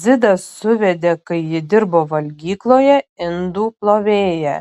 dzidas suvedė kai ji dirbo valgykloje indų plovėja